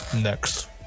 next